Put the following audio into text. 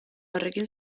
horrekin